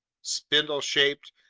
spindle-shaped,